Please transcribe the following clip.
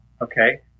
Okay